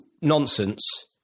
nonsense